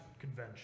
Convention